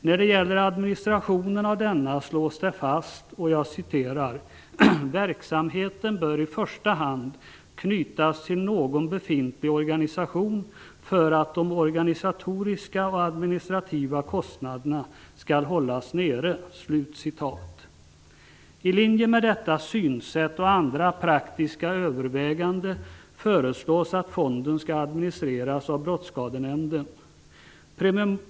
När det gäller administrationen av denna slås det fast: ''Verksamheten bör i första hand knytas till någon befintlig organisation för att de organisatoriska och administrativa kostnaderna skall hållas nere''. I linje med detta synsätt och andra praktiska överväganden föreslås att fonden skall administreras av Brottsskadenämnden.